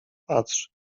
patrz